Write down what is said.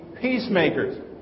peacemakers